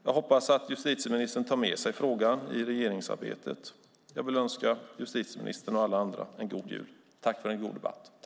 Jag hoppas att justitieministern tar med sig frågan i regeringsarbetet. Jag vill önska justitieministern och alla andra en god jul. Tack för en god debatt!